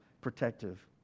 protective